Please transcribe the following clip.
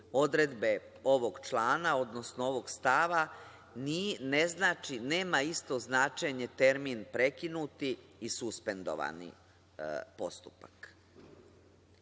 odredbe ovog člana, odnosno ovog stava, nema isto značenje termin „prekinuti“ i „suspendovani“ postupak. Kao